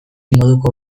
moduko